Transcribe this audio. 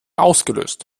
ausgelöst